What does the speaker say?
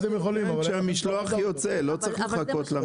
זה כשהמשלוח יוצא, לא צריך לחכות למכולה.